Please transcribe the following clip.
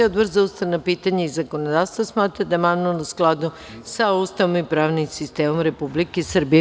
Odbor za ustavna pitanja i zakonodavstvo smatra da je amandman u skladu sa Ustavom i pravnim sistemom Republike Srbije.